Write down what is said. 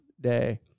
day